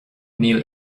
níl